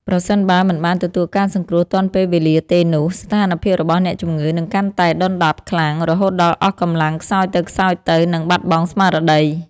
ប្រសិនបើមិនបានទទួលការសង្គ្រោះទាន់ពេលវេលាទេនោះ ស្ថានភាពរបស់អ្នកជំងឺនឹងកាន់តែដុនដាបខ្លាំង រហូតដល់អស់កម្លាំងខ្សោយទៅៗ និងបាត់បង់ស្មារតី។